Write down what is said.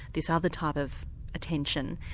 this other type of attention,